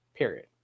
Period